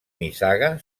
nissaga